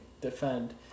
defend